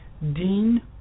Dean